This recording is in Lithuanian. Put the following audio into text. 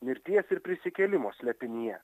mirties ir prisikėlimo slėpinyje